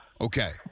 Okay